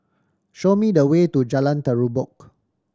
show me the way to Jalan Terubok